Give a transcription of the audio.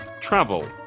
travel